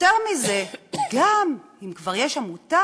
אבל יותר מזה, גם אם כבר יש עמותה,